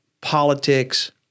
politics